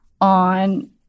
on